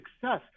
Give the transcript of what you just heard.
success